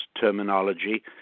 terminology